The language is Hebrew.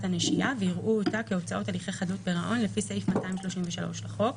הנשייה ויראו אותה כהוצאות הליכי חדלות פירעון לפי סעיף 233 לחוק,